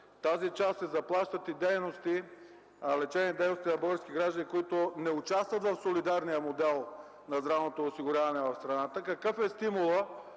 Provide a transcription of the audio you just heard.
тази част се заплащат и лечебни дейности на български граждани, които не участват в солидарния модел на здравното осигуряване в страната, то какъв е стимулът